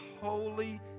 Holy